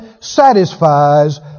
satisfies